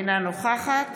אינה נוכחת